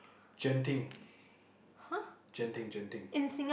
Genting Genting Genting